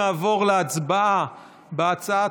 והצעה